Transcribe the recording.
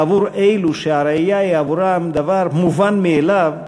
בעבור אלה שהראייה היא דבר מובן מאליו,